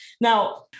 Now